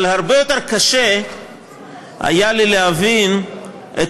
אבל הרבה יותר קשה היה לי להבין את